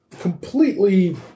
completely